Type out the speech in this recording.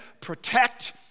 protect